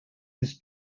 his